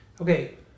Okay